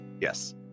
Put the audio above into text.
Yes